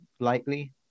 Lightly